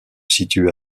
situe